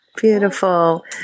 beautiful